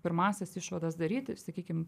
pirmąsias išvadas daryti sakykim